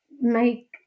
make